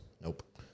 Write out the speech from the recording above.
Nope